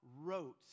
wrote